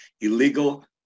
illegal